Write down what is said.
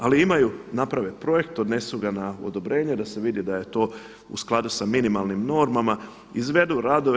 Ali imaju, naprave projekt, odnesu ga na odobrenje da se vidi da je to u skladu sa minimalnim normama, izvedu radove.